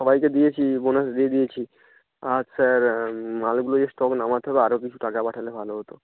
সবাইকে দিয়েছি বোনাস দিয়ে দিয়েছি আর স্যার মালগুলো যে স্টক নামাতে হবে আরো কিছু টাকা পাঠালে ভালো হতো